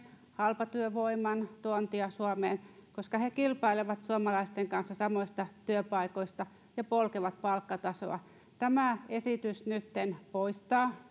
halpatyövoiman tuontia suomeen koska se kilpailee suomalaisten kanssa samoista työpaikoista ja polkee palkkatasoa tämä esitys nytten poistaa